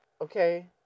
okay